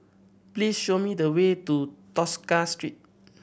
please show me the way to Tosca Street